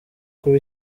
kuba